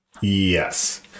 Yes